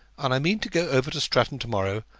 and i mean to go over to stratton to-morrow,